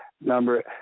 number –